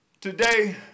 Today